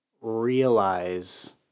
realize